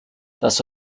das